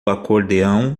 acordeão